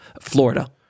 Florida